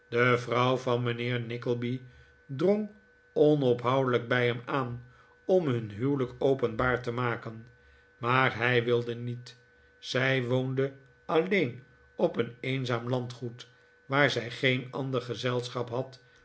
vrouw van mijnheer nickleby drong onophoudelijk bij hem aan om hun huwelijk openbaar te maken maar hij wilde niet zij woonde alleen op een eenzaam landgoed waar zij geen ander gezelschap had